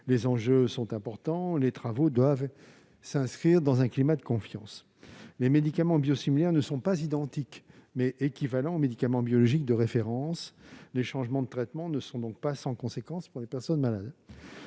Les enjeux sont importants et les travaux sur ce sujet doivent s'inscrire dans un climat de confiance. Les médicaments biosimilaires sont non pas identiques, mais équivalents aux médicaments biologiques de référence ; les changements de traitement ne sont donc pas sans conséquence pour les personnes malades.